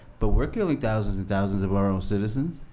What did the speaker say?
but we're killing thousands and thousands of our own citizens,